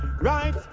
right